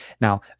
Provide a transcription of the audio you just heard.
now